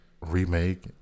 remake